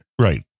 Right